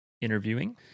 interviewing